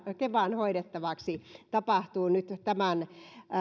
kevan hoidettavaksi tapahtuu nyt tämän